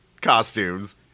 costumes